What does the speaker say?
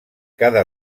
cada